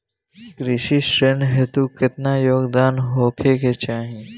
कृषि ऋण हेतू केतना योग्यता होखे के चाहीं?